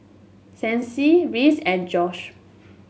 Sancy Reese and Josh